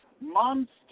Monster